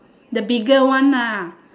the bigger one ah